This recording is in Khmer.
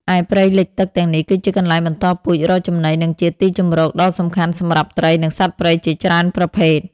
ឯព្រៃលិចទឹកទាំងនេះគឺជាកន្លែងបន្តពូជ រកចំណី និងជាទីជម្រកដ៏សំខាន់សម្រាប់ត្រី និងសត្វព្រៃជាច្រើនប្រភេទ។